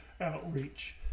outreach